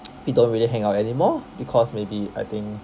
we don't really hang out anymore because maybe I think